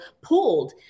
pulled